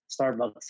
Starbucks